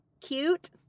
cute